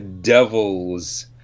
devils